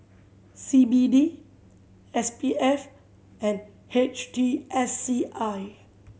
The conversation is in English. C B D S P F and H T S C I